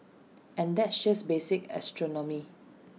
and that's just basic astronomy